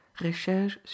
Recherche